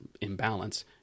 imbalance